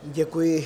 Děkuji.